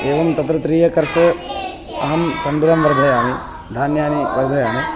एवं तत्र three acres अहं तण्डुलं वर्धयामि धान्यानि वर्धयामि